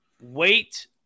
wait